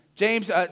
James